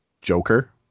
Joker